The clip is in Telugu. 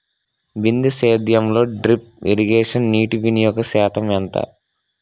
బిందు సేద్యంలో డ్రిప్ ఇరగేషన్ నీటివినియోగ శాతం ఎంత?